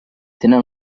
tenen